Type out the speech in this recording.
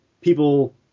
people